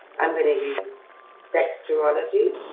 i'm going to use sextrology.